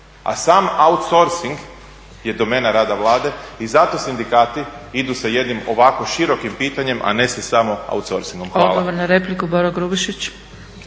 A sam outsourcing je domena rada Vlade i zato sindikati idu sa jednim ovako širokim pitanjem, a ne sa samo outsourcingom. Hvala.